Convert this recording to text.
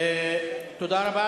הנכים ונגד הפנסיונרים, תודה רבה.